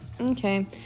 okay